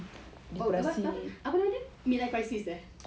apa nama dia mid-life crisis eh